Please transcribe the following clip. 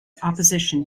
opposition